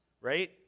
right